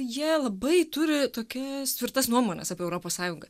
jie labai turi tokias tvirtas nuomones apie europos sąjungą